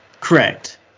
correct